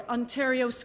Ontario